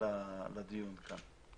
לדיון כאן.